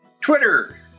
Twitter